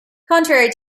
contrary